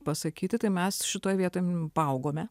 pasakyti tai mes šitoj vietoj paaugome